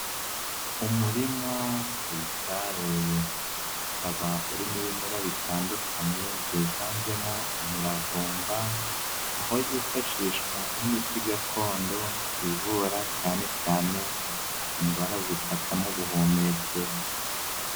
Umurima witaruye, ukaba urimo ibimera bitandukanye byiganjemo imiravumba, aho yifashishwa nk'imiti gakondo ivura cyanecyane indwara zifata mu buhumekero.